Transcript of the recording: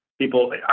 people